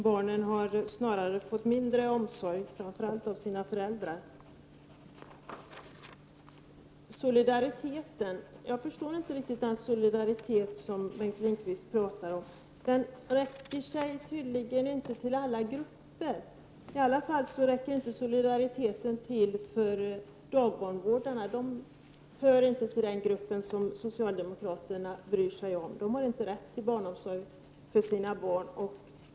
Barnen har snarare fått mindre omsorg, framför allt av sina föräldrar. Jag förstår inte den solidaritet som Bengt Lindqvist talar om. Den räcker tydligen inte till alla grupper, i alla fall räcker den inte till för barndagvårdare. Dessa hör inte till den grupp som socialdemokraterna bryr sig om. De har inte rätt till barnomsorg för sina barn.